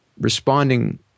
responding